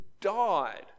died